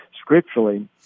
scripturally